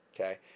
Okay